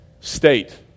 state